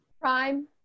prime